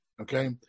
Okay